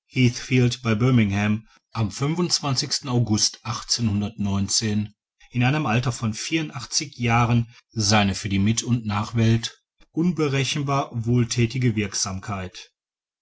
bei birmingham am august in einem alter von jahren seine für die mit und nachwelt unberechenbar wohlthätige wirksamkeit